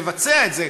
ותבצע את זה: